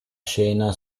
scena